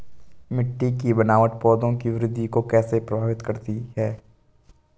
मिट्टी की बनावट पौधों की वृद्धि को कैसे प्रभावित करती है?